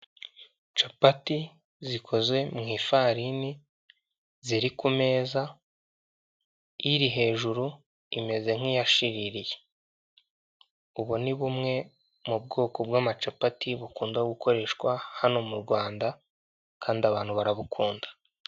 Capati zikoze mu ifarini ziri ku meza, iri hejuru imeze nk'iyashiririye. Ubu ni bumwe mu bwoko bw'amacapati bukunda gukoreshwa hano mu Rwanda kandi abantu barabukunda.